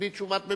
בלי תשובת ממשלה.